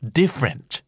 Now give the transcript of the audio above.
different